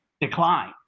decline